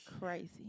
Crazy